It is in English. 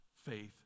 faith